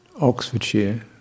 Oxfordshire